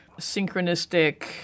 synchronistic